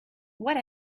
what